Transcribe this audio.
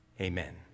amen